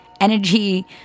energy